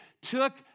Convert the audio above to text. took